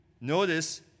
Notice